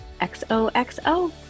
xoxo